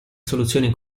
soluzioni